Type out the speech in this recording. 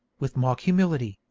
with mock humility,